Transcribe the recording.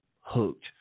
hooked